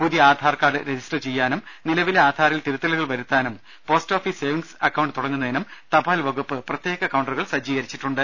പുതിയ ആധാർകാർഡ് രജിസ്റ്റർ ചെയ്യുവാനും നിലവിലെ ആധാറിൽ തിരുത്തലുകൾ വരുത്തുവാനും പോസ്റ്റ് ഓഫീസ് സേവിങ്സ് അക്കൌണ്ട് തുടങ്ങുന്നതിനും തപാൽ വകുപ്പ് പ്രത്യേക കൌണ്ടറുകൾ സജ്ജീകരിച്ചിട്ടുണ്ട്